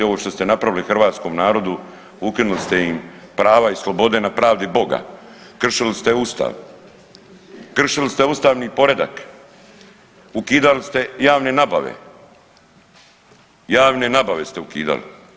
Ovo što ste napravili hrvatskom narodu ukinuli ste im prava i slobode na pravdi Boga, kršili ste Ustav, kršili ste ustavni poredak, ukidali ste javne nabave, javne nabave ste ukidali.